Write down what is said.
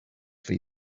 for